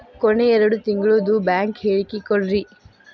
ಕೊನೆ ಎರಡು ತಿಂಗಳದು ಬ್ಯಾಂಕ್ ಹೇಳಕಿ ಕೊಡ್ರಿ